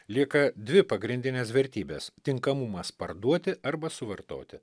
lieka dvi pagrindinės vertybės tinkamumas parduoti arba suvartoti